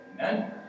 Amen